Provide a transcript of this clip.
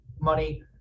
money